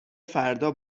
فردا